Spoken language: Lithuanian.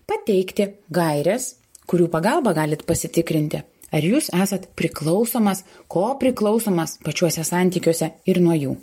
pateikti gaires kurių pagalba galit pasitikrinti ar jūs esat priklausomas ko priklausomas pačiuose santykiuose ir nuo jų